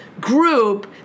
group